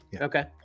Okay